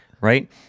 Right